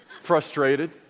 frustrated